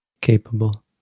capable